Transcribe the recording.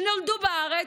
שנולדו בארץ,